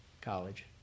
college